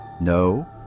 No